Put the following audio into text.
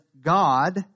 God